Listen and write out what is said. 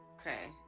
Okay